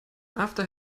after